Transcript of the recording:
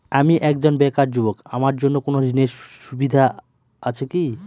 আমি একজন বেকার যুবক আমার জন্য কোন ঋণের সুবিধা আছে কি?